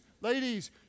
ladies